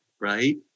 right